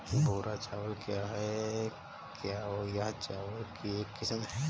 भूरा चावल क्या है? क्या यह चावल की एक किस्म है?